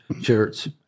shirts